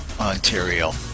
Ontario